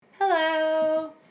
Hello